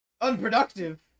unproductive